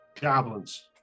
Goblins